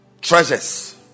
Treasures